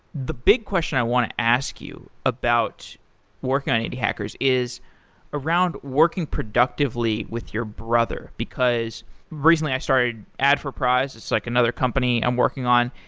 the big question i want to ask you about working on indie hackers, is around working productively with your brother, because recently, i started adforprize, it's like another company i'm working on,